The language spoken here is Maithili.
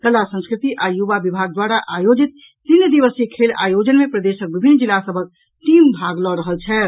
कला संस्कृति आ युवा विभाग द्वारा आयोजित तीन दिवसीय खेल आयोजन मे प्रदेशक विभिन्न जिला सभक टीम भाग लऽ रहल छथि